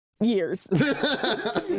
years